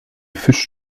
fisch